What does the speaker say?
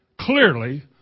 clearly